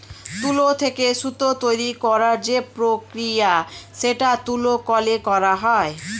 তুলো থেকে সুতো তৈরী করার যে প্রক্রিয়া সেটা তুলো কলে করা হয়